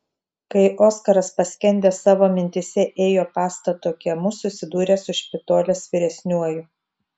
kai oskaras paskendęs savo mintyse ėjo pastato kiemu susidūrė su špitolės vyresniuoju